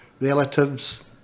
relatives